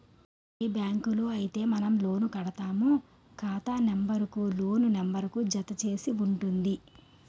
ఏ బ్యాంకులో అయితే మనం లోన్ వాడుతామో ఖాతా నెంబర్ కు లోన్ నెంబర్ జత చేసి ఉంటుంది